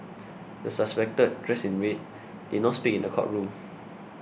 the suspected dressed in red did not speak in the courtroom